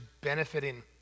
benefiting